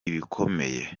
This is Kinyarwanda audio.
ibikomeye